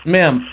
Ma'am